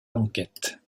l’enquête